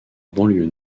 banlieue